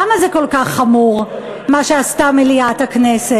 למה זה כל כך חמור, מה שעשתה מליאת הכנסת?